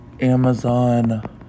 Amazon